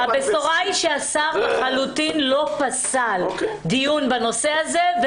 הבשורה היא שהשר לחלוטין לא פסל דיון בנושא הזה.